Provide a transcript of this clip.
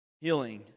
Healing